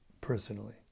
personally